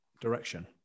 direction